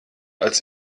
als